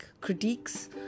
critiques